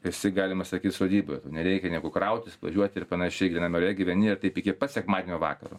visi galima sakyt sodyboj tau nereikia nieko krautis važiuoti ir panašiai gryname ore gyveni ir taip iki pat sekmadienio vakaro